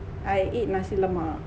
I eat nasi lemak